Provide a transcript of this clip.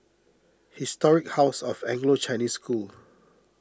Historic House of Anglo Chinese School